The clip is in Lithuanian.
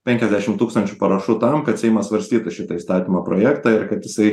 penkiasdešim tūkstančių parašų tam kad seimas svarstytų šitą įstatymo projektą ir kad jisai